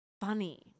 funny